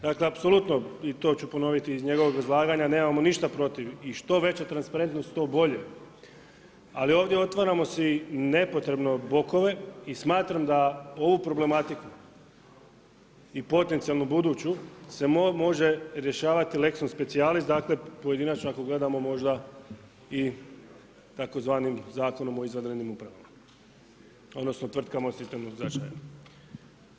Dakle, apsolutno i to ću ponoviti iz njegovog izlaganja, nemamo ništa protiv i što veća transparentnost to bolje, ali ovdje otvaramo si nepotrebno bokove i smatram da ovu problematiku i potencijalnu buduću, se može rješavati lexom specijalist, dakle, pojedinačno, ako gledamo možda i tzv. Zakonom o izvanrednim upravama, odnosno, tvrtkama od sistemskog značaja.